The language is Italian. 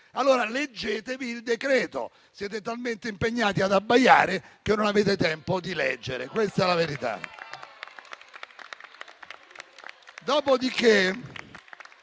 Leggetevi il provvedimento. Siete talmente impegnati ad abbaiare che non avete tempo di leggere. Questa è la verità.